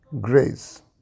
grace